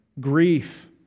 grief